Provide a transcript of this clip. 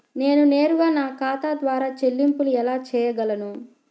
నేను నేరుగా నా ఖాతా ద్వారా చెల్లింపులు ఎలా చేయగలను?